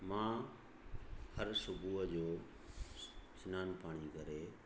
मां हरु सुबूह जो सनान पाणी करे